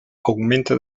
augmenta